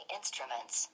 Instruments